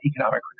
economic